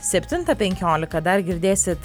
septintą penkiolika dar girdėsit